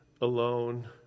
alone